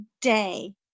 day